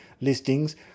listings